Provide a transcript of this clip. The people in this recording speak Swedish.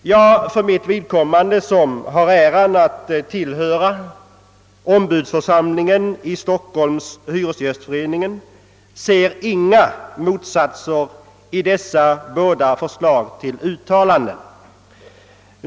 Jag för mitt vidkommande, som har äran att tillhöra ombudsförsamlingen i Hyresgästföreningen i Storstockholm, ser inga motsättningar i dessa båda förslag till uttalande.